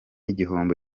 igihombo